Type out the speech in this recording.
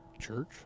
Church